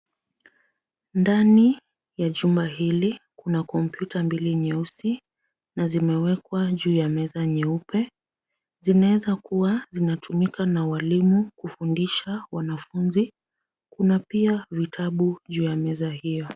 Ndani ya jumba hili kuna kompyuta mbili nyeusi na zimewekwa juu ya meza nyeupe. Zinaweza kuwa zinatumika na walimu kufundisha wanafunzi. Kuna pia vitabu juu ya meza hiyo.